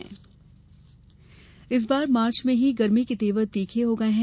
मौसम इस बार मार्च में ही मौसम के तेवर तीखे हो गए हैं